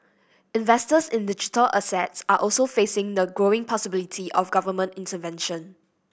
investors in digital assets are also facing the growing possibility of government intervention